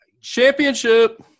Championship